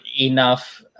enough